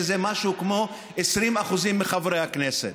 שזה משהו כמו 20% מחברי הכנסת?